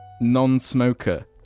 Non-smoker